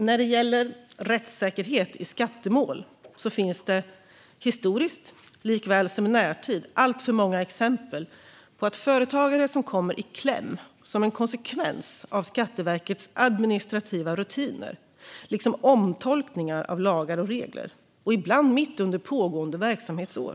När det gäller rättssäkerhet i skattemål finns det historiskt liksom i närtid alltför många exempel på att företagare kommer i kläm som en konsekvens av Skatteverkets administrativa rutiner liksom av omtolkningar av lagar och regler - ibland mitt under pågående verksamhetsår.